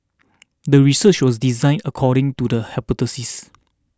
the research was designed according to the hypothesis